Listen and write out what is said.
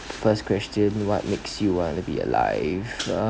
first question what makes you want to be alive uh